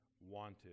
wanted